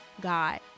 God